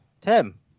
Tim